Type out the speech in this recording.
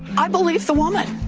i believe the woman.